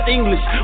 English